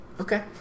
okay